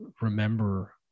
remember